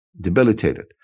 debilitated